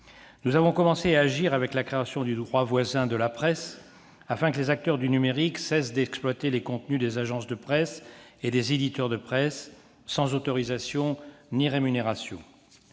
Nous avons commencé à agir, avec la création du droit voisin de la presse, afin que les acteurs du numérique cessent d'exploiter les contenus des agences de presse et des éditeurs de presse sans autorisation ni rémunération.